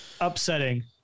upsetting